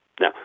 Now